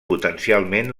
potencialment